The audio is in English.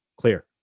clear